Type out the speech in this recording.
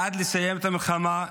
בעד לסיים את המלחמה.